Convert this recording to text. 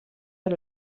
per